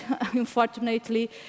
unfortunately